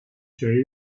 chase